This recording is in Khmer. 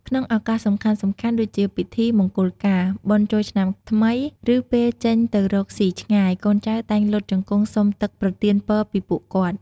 ក្នុងឱកាសសំខាន់ៗ ដូចជាពិធីមង្គលការ បុណ្យចូលឆ្នាំថ្មី ឬពេលចេញទៅរកស៊ីឆ្ងាយ កូនចៅតែងលុតជង្គង់សុំទឹកប្រទានពរពីពួកគាត់។